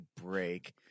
break